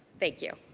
thank you.